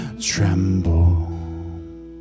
tremble